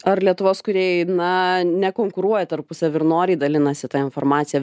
ar lietuvos kūrėjai na nekonkuruoja tarpusavy ir noriai dalinasi ta informacija